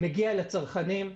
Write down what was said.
מגיע לצרכנים.